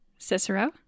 Cicero